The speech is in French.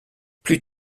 plus